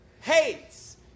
hates